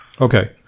okay